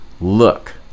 look